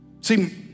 See